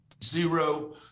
Zero